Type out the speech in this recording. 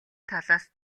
талаас